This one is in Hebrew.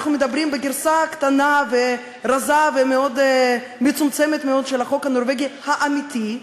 אנחנו מדברים על גרסה קטנה ורזה ומצומצמת מאוד של החוק הנורבגי האמיתי,